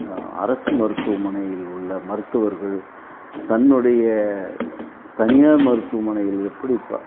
அரசு மருத்துவமனைகளில் உள்ள மருத்துவர்கள் தன்னுடைய தனியார் மருத்துவமனையை எப்படி